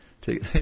take